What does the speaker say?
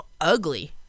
ugly